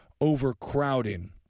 overcrowding